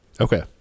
okay